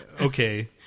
Okay